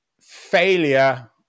failure